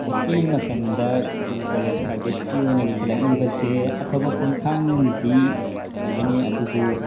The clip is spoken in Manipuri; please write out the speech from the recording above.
ꯍꯧꯖꯤꯛꯀꯤ ꯃꯇꯝꯗ ꯁ꯭ꯀꯨꯜ ꯀꯣꯂꯦꯖ ꯄ꯭ꯔꯥꯏꯚꯦꯠꯀꯤ ꯑꯣꯏꯅ ꯂꯤꯡꯈꯠꯂꯛꯂꯤꯕꯁꯦ ꯑꯐꯕ ꯈꯣꯡꯊꯥꯡꯗꯤ ꯑꯣꯏꯒꯅꯤ ꯑꯗꯨꯕꯨ